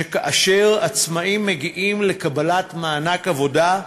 שכאשר עצמאים מגיעים לקבל מענק עבודה,